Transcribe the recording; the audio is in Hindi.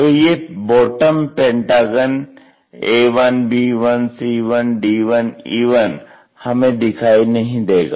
तो ये बॉटम पेंटागन A1B1C1D1E1 हमें दिखाई नहीं देगा